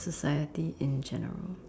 society in general